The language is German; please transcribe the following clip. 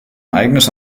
eigenes